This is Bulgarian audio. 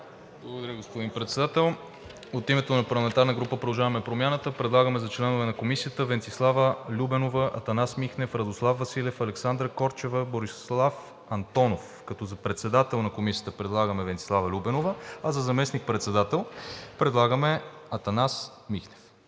Благодаря, господин Председател. От името на парламентарната група на „Продължаваме Промяната“ предлагам за членове на Комисията: Венцислава Любенова, Атанас Михнев, Радослав Василев, Александра Корчева, Борислав Антонов, като за председател на Комисията предлагаме Венцислава Любенова, а за заместник-председател – Атанас Михнев.